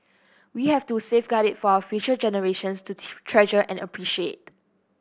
we have to safeguard it for our future generations to treasure and appreciate